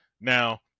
Now